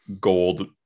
gold